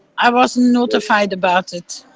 i wasn't notified about it.